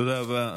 תודה רבה.